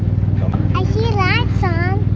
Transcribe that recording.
i see lights on.